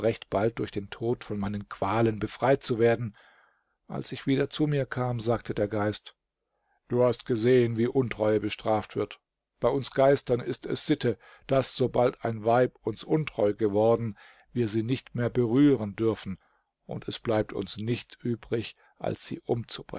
bald durch den tod von meinen qualen befreit zu werden als ich wieder zu mir kam sagte der geist du hast gesehen wie untreue bestraft wird bei uns geistern ist es sitte daß sobald ein weib uns untreu geworden wir sie nicht mehr berühren dürfen und es bleibt uns nicht übrig als sie